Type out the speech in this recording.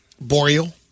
Boreal